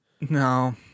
no